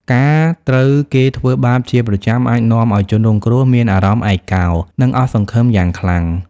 ការត្រូវគេធ្វើបាបជាប្រចាំអាចនាំឲ្យជនរងគ្រោះមានអារម្មណ៍ឯកោ និងអស់សង្ឃឹមយ៉ាងខ្លាំង។